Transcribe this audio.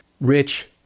rich